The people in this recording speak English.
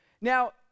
Now